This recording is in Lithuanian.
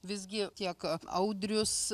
visgi tiek audrius